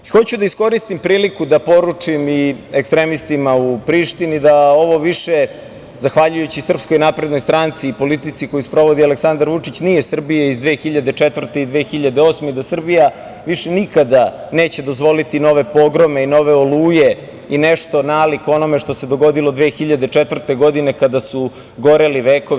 Hoću da iskoristim priliku i da poručim i ekstremistima u Prištini da ovo više, zahvaljujući SNS, politici koju sprovodi Aleksandar Vučić, nije Srbija iz 2004. i 2008. godine i da Srbija više nikada neće dozvoliti nove pogrome i nove oluje, i nešto nalik onome što se dogodilo 2004. godine kada su goreli vekovi.